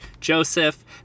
Joseph